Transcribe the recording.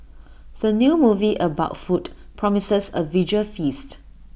the new movie about food promises A visual feast